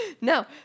No